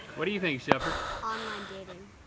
what do you think shepard? online dating.